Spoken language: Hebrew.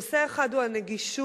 נושא אחד הוא הנגישות